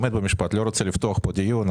אני לא רוצה לפתוח פה דיון.